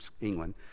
england